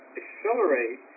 accelerate